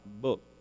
book